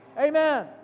Amen